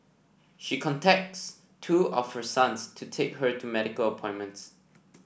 she contacts two of her sons to take her to medical appointments